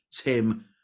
Tim